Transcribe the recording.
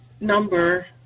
number